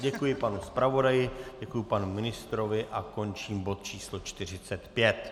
Děkuji panu zpravodaji, děkuji panu ministrovi a končím bod číslo 145.